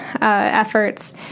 efforts